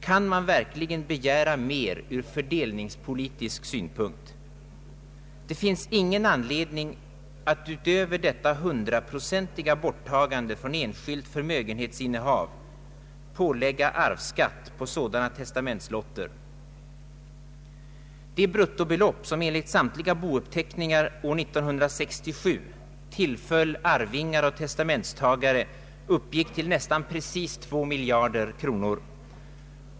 Kan man verkligen begära mer ur fördelningspolitisk synpunkt? Det finns ingen anledning att utöver detta hundraprocentiga borttagande från enskilt förmögenhetsinnehav lägga arvsskatt på sådana testamentslotter. De bruttobelopp som enligt samtliga bouppteckningar år 1967 tillföll arvingar och testamentstagare uppgick till nästan precis två miljarder kronor.